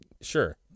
sure